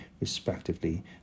respectively